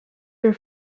your